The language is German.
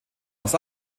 aus